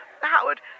Howard